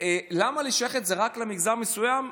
למה לשייך את זה רק למגזר מסוים,